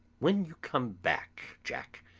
when you come back, jack,